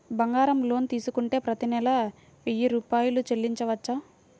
బంగారం లోన్ తీసుకుంటే ప్రతి నెల వెయ్యి రూపాయలు చెల్లించవచ్చా?